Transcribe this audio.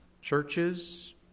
churches